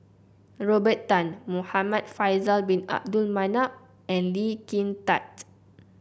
Robert Tan Muhamad Faisal Bin Abdul Manap and Lee Kin Tat